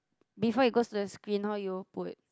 before it goes to the screen how y'all put